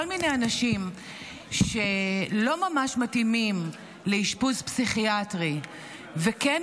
כל מיני אנשים שלא ממש מתאימים לאשפוז פסיכיאטרי וכן